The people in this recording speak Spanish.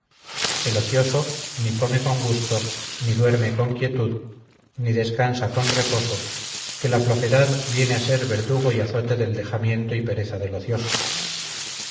el ocioso ni come con gusto ni duerme con quietud ni descansa con reposo que la flojedad viene a ser verdugo y azote del dejamiento y pereza del ocioso